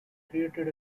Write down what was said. created